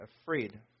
afraid